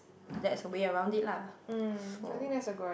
that's a way around it lah so